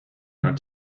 are